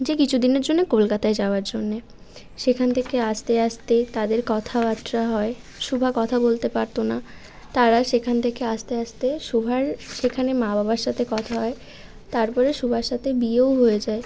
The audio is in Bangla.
যে কিছু দিনের জন্য কলকাতায় যাওয়ার জন্যে সেখান থেকে আস্তে আস্তে তাদের কথাবার্তা হয় সুভা কথা বলতে পারতো না তারা সেখান থেকে আস্তে আস্তে সুভার সেখানে মা বাবার সাথে কথা হয় তারপরে সুভার সাথে বিয়েও হয়ে যায়